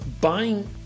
Buying